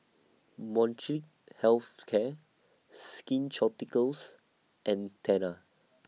Molnylcke Health Care Skin Ceuticals and Tena